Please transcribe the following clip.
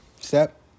step